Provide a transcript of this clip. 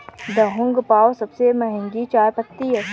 Da Hong पाओ सबसे महंगी चाय पत्ती है